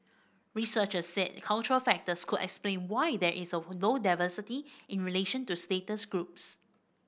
researchers said cultural factors could explain why there is low diversity in relation to status groups